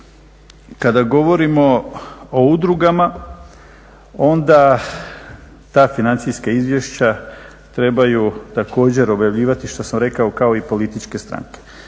kada govorimo o udrugama, onda ta financijska izvješća trebaju također … što sam rekao kao i političke stranke.